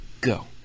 Go